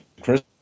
Chris